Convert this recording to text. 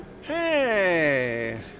Hey